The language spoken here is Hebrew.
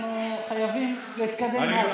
אנחנו חייבים להתקדם.